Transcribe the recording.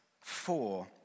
four